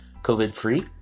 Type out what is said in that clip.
COVID-free